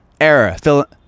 Error